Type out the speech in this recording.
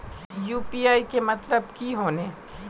UPI के मतलब की होने?